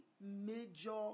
major